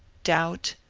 doubt,